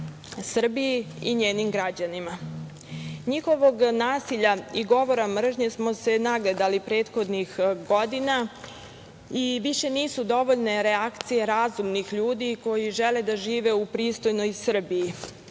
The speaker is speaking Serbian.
Srbiji i njenim građanima. Njihovog nasilja i govora mržnje smo se nagledali prethodnih godina i više nisu dovoljne reakcije razumnih ljudi koji žele da žive u pristojnoj Srbiji